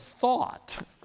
thought